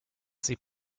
sie